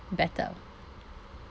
better